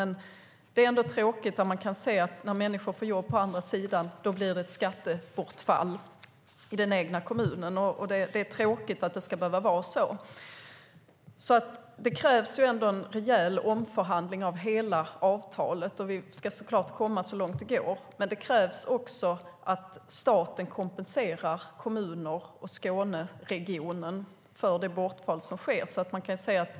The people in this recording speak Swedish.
Men det är ändå tråkigt att det blir ett skattebortfall i den egna kommunen när människor får jobb på andra sidan. Det är tråkigt att det ska behöva vara så. Det krävs en rejäl omförhandling av hela avtalet. Vi ska så klart komma så långt det går. Men det krävs också att staten kompenserar kommuner och Skåneregionen för det bortfall som sker.